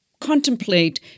contemplate